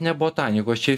ne botanikos čia